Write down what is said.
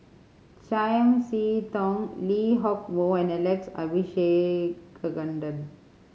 Chiam See Tong Lee Hock Moh and Alex Abisheganaden